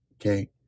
Okay